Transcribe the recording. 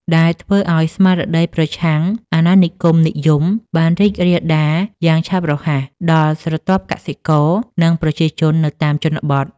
ដែលធ្វើឱ្យស្មារតីប្រឆាំងអាណានិគមនិយមបានរីករាលដាលយ៉ាងឆាប់រហ័សដល់ស្រទាប់កសិករ និងប្រជាជននៅតាមជនបទ។